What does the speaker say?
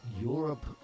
Europe